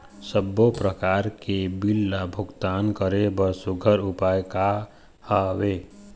सबों प्रकार के बिल ला भुगतान करे बर सुघ्घर उपाय का हा वे?